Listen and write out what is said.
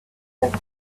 that